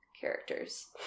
characters